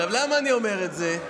עכשיו, למה אני אומר את זה?